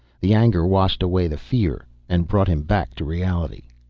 the anger washed away the fear and brought him back to reality.